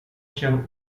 się